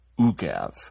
UGAV